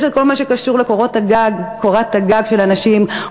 יש כל מה שקשור לקורת הגג של אנשים.